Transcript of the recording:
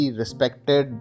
respected